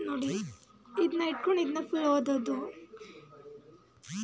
ಪಂಜಾಬ್ ರಾಜ್ಯದ ಕೃಷಿ ಮತ್ತು ಬೆಳೆ ಭಾರತದ ಹಸಿರು ಕ್ರಾಂತಿಗೆ ನಾಂದಿಯಾಯ್ತು ಇದು ಆಹಾರಕಣಜ ವಾಗಯ್ತೆ